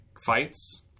fights